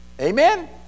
Amen